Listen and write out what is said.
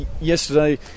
yesterday